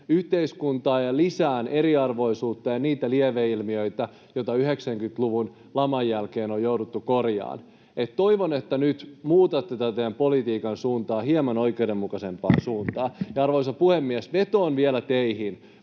yhteiskuntaan ja lisäämään eriarvoisuutta ja niitä lieveilmiöitä, joita 90-luvun laman jälkeen on jouduttu korjaamaan. Toivon, että nyt muutatte tätä teidän politiikkaanne hieman oikeudenmukaisempaan suuntaan. Arvoisa puhemies! Vetoan vielä teihin